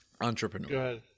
Entrepreneur